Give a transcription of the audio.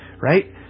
right